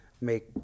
make